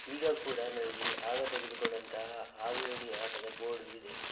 ಈಗ ಕೂಡ ನನಗೆ ಆಗ ತೆಗೆದುಕೊಂಡಂತಹ ಹಾವು ಏಣಿ ಆಟದ ಬೋರ್ಡ್ ಇದೆ